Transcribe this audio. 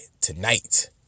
tonight